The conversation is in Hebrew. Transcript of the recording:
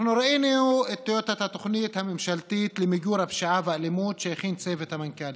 ראינו את התוכנית הממשלתית למיגור הפשיעה והאלימות שהכין צוות המנכ"לים.